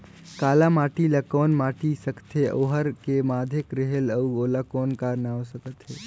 काला माटी ला कौन माटी सकथे अउ ओहार के माधेक रेहेल अउ ओला कौन का नाव सकथे?